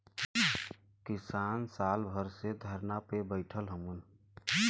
किसान साल भर से धरना पे बैठल हउवन